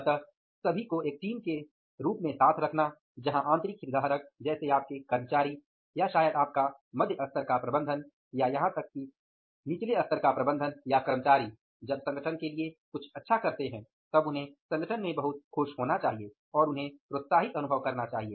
अतः सभी को एक टीम के रूप में साथ रखना जहां आंतरिक हितधारक जैसे आपके कर्मचारी या शायद आपका मध्य स्तर का प्रबंधन या यहां तक कि निचले स्तर का प्रबंधन या कर्मचारी जब संगठन के लिए कुछ अच्छा करते हैं तब उन्हें संगठन में बहुत खुश होना चाहिए और उन्हें प्रोत्साहित अनुभव करना चाहिए